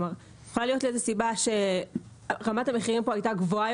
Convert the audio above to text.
יכולה להיות סיבה שרמת המחירים פה הייתה גבוהה